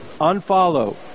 Unfollow